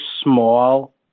small